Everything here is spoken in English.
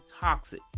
toxic